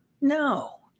No